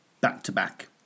back-to-back